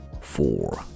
Four